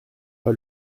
pas